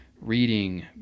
reading